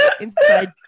Inside